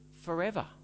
forever